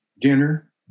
dinner